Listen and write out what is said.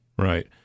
Right